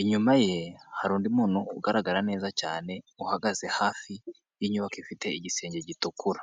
inyuma ye hari undi muntu ugaragara neza cyane uhagaze hafi y'inyubako ifite igisenge gitukura.